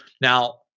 now